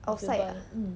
outside ah